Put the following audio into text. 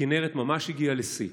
הכינרת ממש הגיעה לשיא.